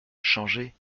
changée